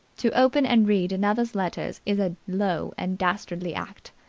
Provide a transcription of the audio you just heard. to open and read another's letters is a low and dastardly act,